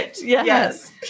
Yes